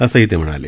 असंही ते म्हणाले